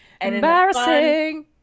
Embarrassing